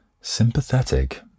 sympathetic